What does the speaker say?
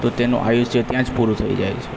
તો તેનું આયુષ્ય ત્યાં જ પૂરું થઈ જાય છે